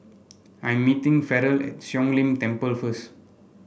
I meeting Farrell at Siong Lim Temple first